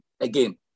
again